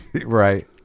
right